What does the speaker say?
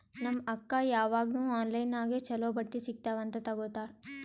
ನಮ್ ಅಕ್ಕಾ ಯಾವಾಗ್ನೂ ಆನ್ಲೈನ್ ನಾಗೆ ಛಲೋ ಬಟ್ಟಿ ಸಿಗ್ತಾವ್ ಅಂತ್ ತಗೋತ್ತಾಳ್